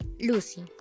Lucy